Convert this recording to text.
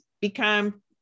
become